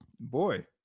boy